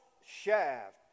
shaft